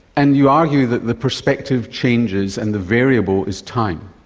and you argue that the prospective changes and the variable is time,